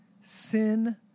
Sin